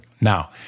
Now